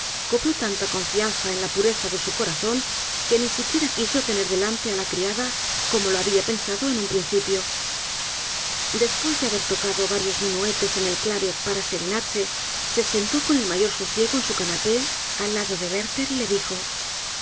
cobró tanta confianza en la pureza de su corazón que ni siquiera quiso tener delante á la criada como lo habia pensado en un principio después de haber tocado varios minuetes en el clave para serenarse se sentó con el mayor sosiego en su canapé al lado de werther y le dijo